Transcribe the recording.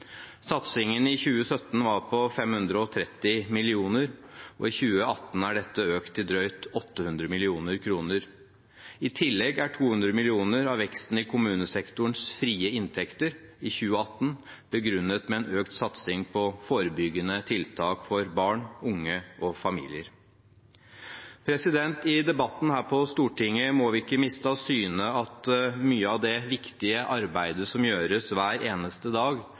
Satsingen i 2017 var på 530 mill. kr, og i 2018 er dette økt til drøyt 800 mill. kr. I tillegg er 200 mill. kr av veksten i kommunesektorens frie inntekter i 2018 begrunnet med en økt satsing på forebyggende tiltak for barn, unge og familier. I debatten her på Stortinget må vi ikke miste av syne at mye av det viktige arbeidet som gjøres hver eneste dag,